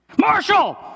Marshall